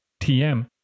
TM